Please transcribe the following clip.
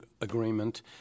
agreement